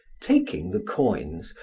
taking the coins,